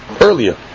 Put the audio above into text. earlier